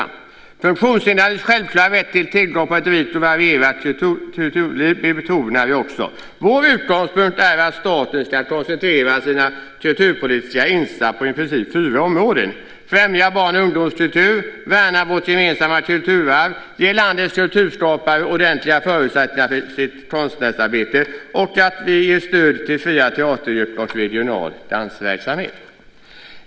Vi betonar också funktionshindrades självklara rätt till tillgång till ett rikt och varierat kulturliv. Vår utgångspunkt är att staten ska koncentrera sina kulturpolitiska insatser på i princip fyra områden. Man ska främja barn och ungdomskultur, värna vårt gemensamma kulturarv, ge landets kulturskapare ordentliga förutsättningar för sitt konstnärsarbete och ge stöd till fria teatergrupper och regional dansverksamhet.